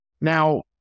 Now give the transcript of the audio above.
Now